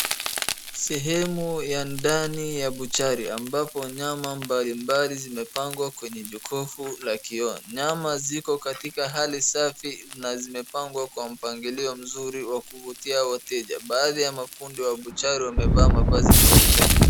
Sehemu ya ndani ya buchari ambapo nyama mbali mbali zimepangwa kwenye jokofu la kioo. Nyama ziko katika hali safi na zimepangwa kwa mpangilio mzuri wa kuvutia wateja. Baadhi ya mafundi wa buchari wamevaa mavazi meupe.